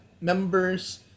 members